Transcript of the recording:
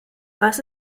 was